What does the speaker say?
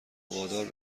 وادار